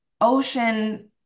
ocean